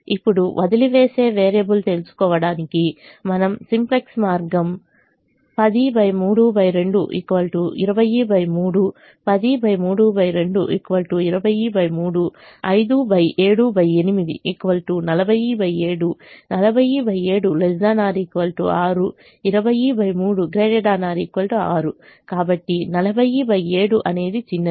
ఇప్పుడు వదిలివేసే వేరియబుల్ తెలుసుకోవడానికి మనం సింప్లెక్స్ మార్గం 10 32 203 10 32 203 5 78 407 407 6 203 6 కాబట్టి 407 అనేది చిన్నది